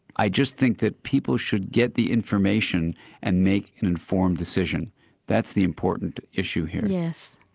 i just think that people should get the information and make informed decisions that's the important issue here. yes.